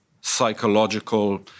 psychological